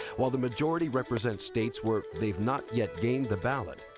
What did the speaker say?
while the majority represent states where they have not yet gained the ballot,